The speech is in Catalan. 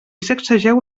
sacsegeu